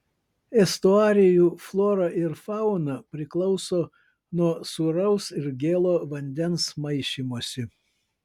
estuarijų flora ir fauna priklauso nuo sūraus ir gėlo vandens maišymosi